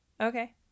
okay